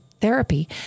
therapy